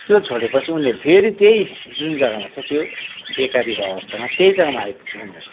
त्यो छोडेपछि उनीहरू फेरि त्यही जुन जग्गामा छ त्यो बेकारीको अवस्थामा त्यही जग्गामा आइपुग्छ उनीहरू